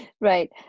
right